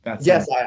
Yes